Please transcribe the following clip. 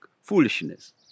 foolishness